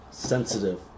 sensitive